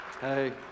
Hey